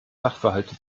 sachverhalte